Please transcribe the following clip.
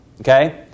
okay